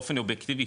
באופן אובייקטיבי,